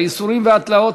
הייסורים והתלאות,